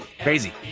crazy